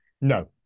No